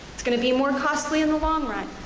it's gonna be more costly in the long run.